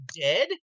dead